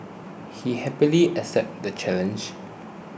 he happily accepted the challenge